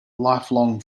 lifelong